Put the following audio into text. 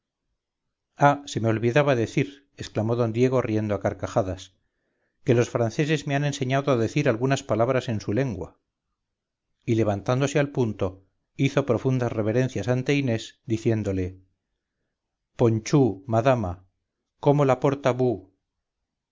ah se me olvidaba decir exclamó d diego riendo a carcajadas que los franceses me han enseñado a decir algunas palabras en su lengua y levantándose al punto hizo profundas reverencias ante inés diciéndole ponchú madama como la porta